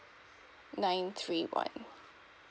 nine three one